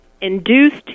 induced